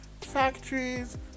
factories